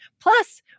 Plus